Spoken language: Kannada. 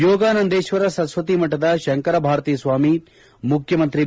ಯೋಗಾನಂದೇಶ್ವರ ಸರಸ್ವತಿ ಮಠದ ಶಂಕರಭಾರತೀ ಸ್ವಾಮಿ ಮುಖ್ಯಮಂತ್ರಿ ಬಿ